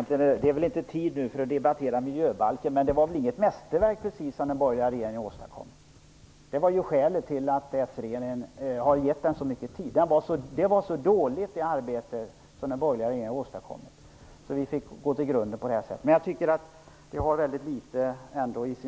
Herr talman! Det är väl inte tid för att diskutera miljöbalken nu, men det var väl inget mästerverk precis som den borgerliga regeringen åstadkom. Det är skälet till att s-regeringen har givit utredningen så mycket tid. Det arbete som den borgerliga regeringen åstadkom var så dåligt att vi tvingades gå till grunden på det här sättet. Men jag tycker att detta i huvudsak ändå har väldigt